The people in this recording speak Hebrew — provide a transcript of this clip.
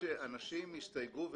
אנשים יסתייגו,